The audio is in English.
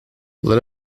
let